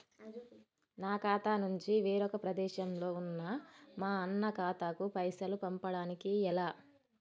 నా ఖాతా నుంచి వేరొక ప్రదేశంలో ఉన్న మా అన్న ఖాతాకు పైసలు పంపడానికి ఎలా?